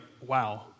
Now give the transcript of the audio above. wow